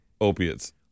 Opiates